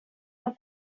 our